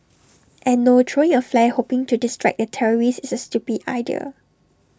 and no throwing A flare hoping to distract the terrorist is A stupid idea